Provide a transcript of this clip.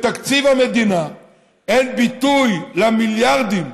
בתקציב המדינה אין ביטוי למיליארדים,